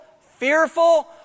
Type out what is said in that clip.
fearful